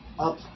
up